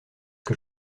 que